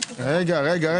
רגע יש עוד.